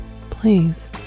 please